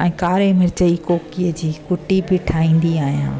ऐं कारे मिर्च जी कोकीअ जी कुटी बि ठाहींदी आहियां